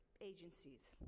agencies